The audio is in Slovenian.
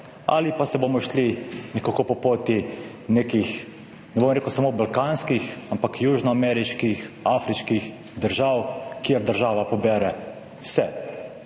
ali pa se bomo šli nekako po poti nekih, ne bom rekel samo balkanskih, ampak južnoameriških, afriških držav, kjer država pobere vse,